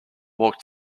walked